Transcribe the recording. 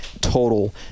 total